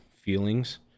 feelings